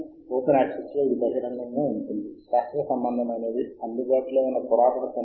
మీరు రెండు పోర్టల్ లు రెండు వేర్వేరు బ్రౌజర్ ట్యాబ్లలో సైన్ ఇన్ మంచిది మంచిది మరియు వాటిని సిద్ధంగా ఉంచండి